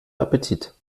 appetit